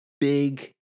big